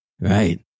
Right